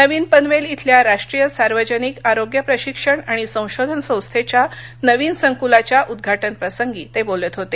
नवीन पनवेल इथल्या राष्ट्रीय सार्वजनिक आरोग्य प्रशिक्षण आणि संशोधन संस्थेच्या नवीन संक्लाच्या उद्घाटनप्रसंगी ते बोलत होते